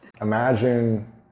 Imagine